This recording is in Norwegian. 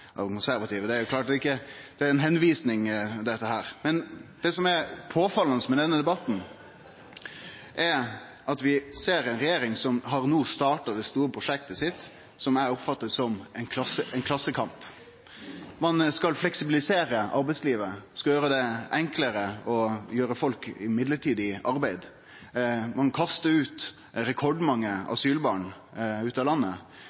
konservative. Det er ei tilvising, dette. Det som er påfallande med denne debatten, er at vi ser ei regjering som no har starta det store prosjektet sitt, som eg oppfattar som ein klassekamp. Ein skal fleksibilisere arbeidslivet og skal gjere det enklare å ha folk i midlertidig arbeid. Ein kastar rekordmange asylbarn ut av landet.